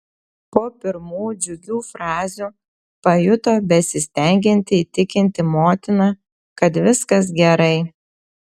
po pirmų džiugių frazių pajuto besistengianti įtikinti motiną kad viskas gerai